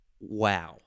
Wow